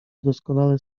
doskonale